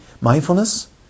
mindfulness